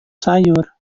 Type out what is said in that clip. sayur